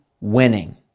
winning